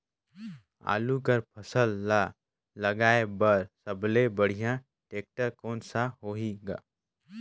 आलू कर फसल ल लगाय बर सबले बढ़िया टेक्टर कोन सा होही ग?